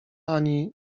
ani